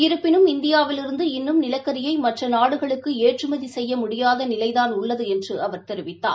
இருப்பினும் இந்தியாவிலிருந்து இன்னும் நிலக்கரியைமற்றநாடுகளுக்குஏற்றுமதிசெய்யமுடியாதநிலைதான் உள்ளதுஎன்றுஅவர் தெரிவித்தார்